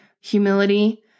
humility